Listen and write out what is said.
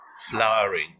flowering